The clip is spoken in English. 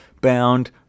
bound